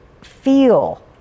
feel